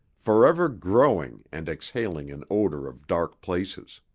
forever growing and exhaling an odor of dark places.